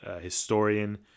historian